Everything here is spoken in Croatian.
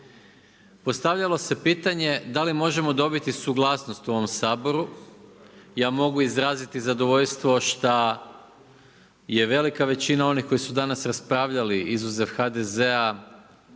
Postavljalo se pitanje da li možemo dobiti suglasnost u ovom Saboru, ja mogu izraziti zadovoljstvo šta je velika većina onih koji su danas raspravljali izuzev HDZ-a